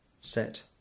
set